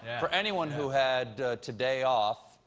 for anyone who had today off,